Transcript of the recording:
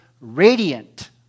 radiant